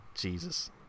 Jesus